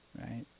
right